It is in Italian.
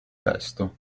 testo